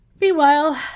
Meanwhile